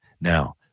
Now